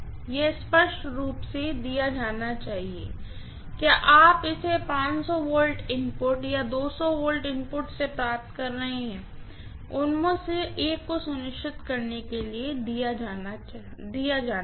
यह स्पष्ट रूप से दिया जाना चाहिए कि क्या आप इसे V इनपुट या V इनपुट से प्राप्त कर रहे हैं उनमें से एक को सुनिश्चित करने के लिए दिया जाना है